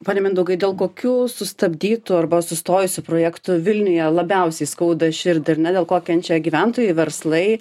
pone mindaugai dėl kokių sustabdytų arba sustojusių projektų vilniuje labiausiai skauda širdį ar ne dėl ko kenčia gyventojai verslai